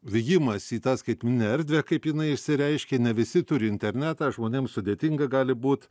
vijimas į tą skaitmeninę erdvę kaip jinai išsireiškė ne visi turi internetą žmonėm sudėtinga gali būt